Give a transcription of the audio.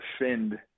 defend